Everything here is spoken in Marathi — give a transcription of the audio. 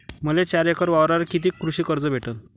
मले चार एकर वावरावर कितीक कृषी कर्ज भेटन?